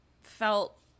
felt